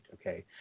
okay